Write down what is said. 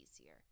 easier